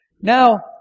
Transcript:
Now